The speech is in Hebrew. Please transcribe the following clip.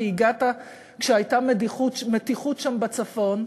כי הגעת כשהייתה מתיחות שם בצפון,